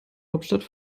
hauptstadt